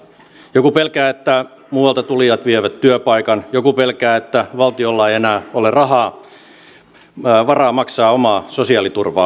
joku pelkää että muualta tulijat vievät työpaikan joku pelkää että valtiolla ei enää ole varaa maksaa omaa sosiaaliturvaa